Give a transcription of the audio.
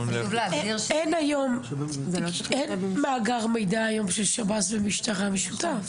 אין מאגר מידע היום של שב"ס ומשטרה, משותף.